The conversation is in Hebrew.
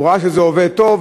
הוא ראה שזה עובד טוב,